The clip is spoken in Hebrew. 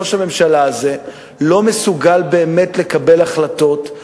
ראש הממשלה הזה לא מסוגל באמת לקבל החלטות,